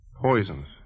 Poisons